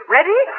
Ready